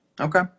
Okay